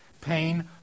Pain